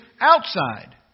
outside